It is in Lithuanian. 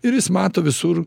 ir jis mato visur